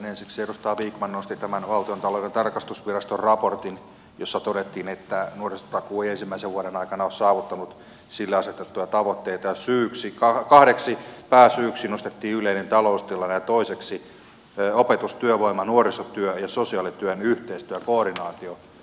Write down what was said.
edustaja vikman nosti tämän valtiontalouden tarkastusviraston raportin jossa todettiin että nuorisotakuu ei ensimmäisen vuoden aikana ole saavuttanut sille asetettuja tavoitteita ja yhdeksi pääsyyksi nostettiin yleinen taloustilanne ja toiseksi opetuksen työvoiman nuorisotyön ja sosiaalityön yhteistyön koordinaatio